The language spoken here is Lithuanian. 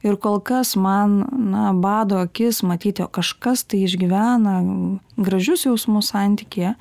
ir kol kas man na bado akis matyt jog kažkas tai išgyvena gražius jausmus santykyje